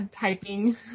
typing